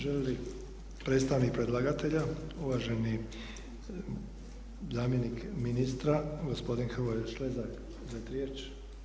Želi li predstavnik predlagatelja, uvaženi zamjenik ministra gospodin Hrvoje Šlezak, uzeti riječ?